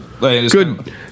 Good